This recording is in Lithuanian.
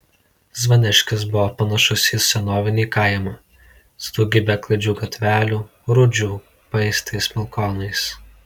zvaniškis buvo panašus į senovinį kaimą su daugybe klaidžių gatvelių rūdžių paėstais balkonais